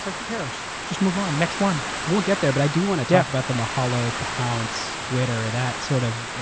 like who cares? just move on, next one. we'll get there but i do want to talk about the mahalo, pounce, twitter, that sort of,